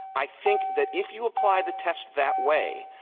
i think that if you apply the test that way,